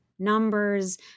numbers